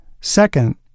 Second